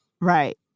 right